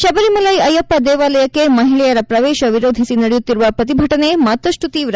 ಶಬರಿಮಲ್ಲೆ ಅಯ್ಲಪ್ಪ ದೇವಾಲಯಕ್ಕೆ ಮಹಿಳೆಯರ ಪ್ರವೇಶ ವಿರೋಧಿಸಿ ನಡೆಯುತ್ತಿರುವ ಪ್ರತಿಭಟನೆ ಮತ್ತಷ್ಟು ತೀವ್ರ